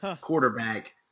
Quarterback